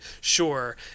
Sure